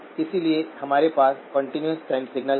इसलिए हमारे पास कंटीन्यूअस टाइम सिग्नल है